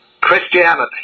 Christianity